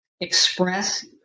express